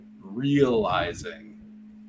realizing